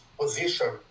position